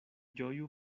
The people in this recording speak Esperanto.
ĝoju